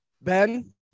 Ben